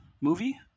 movie